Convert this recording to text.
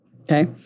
Okay